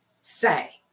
say